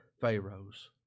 Pharaoh's